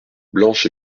blanche